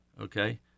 okay